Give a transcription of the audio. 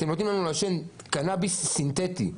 אתם נותנים לנו לעשן קנביס סינתטי.